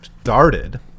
started